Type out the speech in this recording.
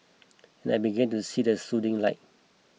and I began to see the soothing light